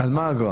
על מה האגרה?